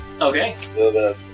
Okay